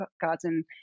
garden